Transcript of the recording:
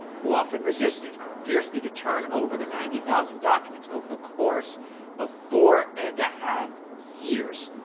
who often resisted fiercely, to turn over the ninety thousand documents over the course of four and a half years,